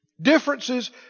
Differences